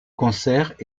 concerts